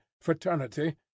fraternity